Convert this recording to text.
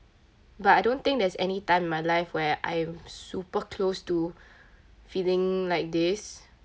but I don't think there's any time in my life where I'm super close to feeling like this